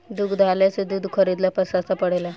दुग्धालय से दूध खरीदला पर सस्ता पड़ेला?